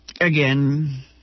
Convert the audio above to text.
again